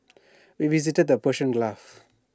we visited the Persian